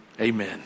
Amen